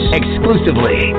exclusively